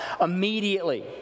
immediately